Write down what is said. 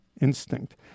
instinct